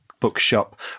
bookshop